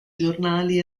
giornali